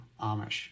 Amish